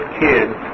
kids